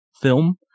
film